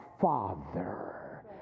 Father